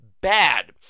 bad